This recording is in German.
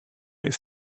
ist